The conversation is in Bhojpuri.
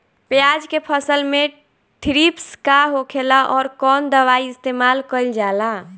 प्याज के फसल में थ्रिप्स का होखेला और कउन दवाई इस्तेमाल कईल जाला?